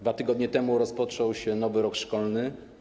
2 tygodnie temu rozpoczął się nowy rok szkolny.